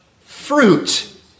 fruit